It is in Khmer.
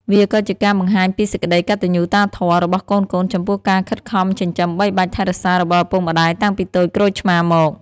វាក៏ជាការបង្ហាញពីសេចក្ដីកតញ្ញូតាធម៌របស់កូនៗ ចំពោះការខិតខំចិញ្ចឹមបីបាច់ថែរក្សារបស់ឪពុកម្ដាយតាំងពីតូចក្រូចឆ្មារមក។